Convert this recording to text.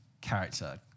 character